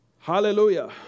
Hallelujah